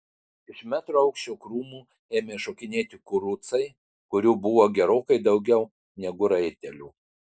iš metro aukščio krūmų ėmė šokinėti kurucai kurių buvo gerokai daugiau negu raitelių